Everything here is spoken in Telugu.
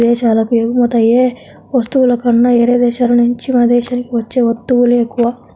ఇదేశాలకు ఎగుమతయ్యే వస్తువుల కన్నా యేరే దేశాల నుంచే మన దేశానికి వచ్చే వత్తువులే ఎక్కువ